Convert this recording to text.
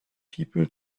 people